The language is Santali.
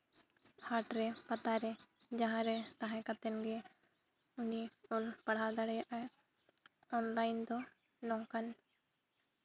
ᱦᱟᱴ ᱨᱮ ᱯᱟᱛᱟ ᱨᱮ ᱡᱟᱦᱟᱸ ᱨᱮ ᱛᱟᱦᱮᱸ ᱠᱟᱛᱮᱫ ᱜᱮ ᱩᱱᱤ ᱚᱞ ᱯᱟᱲᱦᱟᱣ ᱫᱟᱲᱮᱭᱟᱜᱼᱟᱭ ᱚᱱᱞᱟᱭᱤᱱ ᱫᱚ ᱱᱚᱝᱠᱟᱱ